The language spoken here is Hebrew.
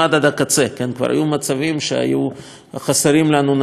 כבר היו מצבים שהיו חסרות לנו ניידות ניטור,